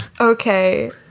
Okay